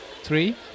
three